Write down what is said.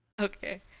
Okay